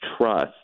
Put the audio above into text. trust